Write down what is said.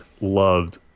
loved